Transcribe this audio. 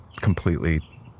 completely